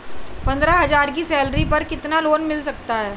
पंद्रह हज़ार की सैलरी पर कितना लोन मिल सकता है?